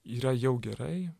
yra jau gerai